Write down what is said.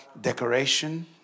decoration